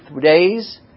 days